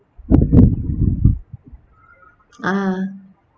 ah